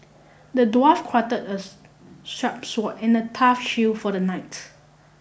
the dwarf crafted as sharp sword and a tough shield for the knight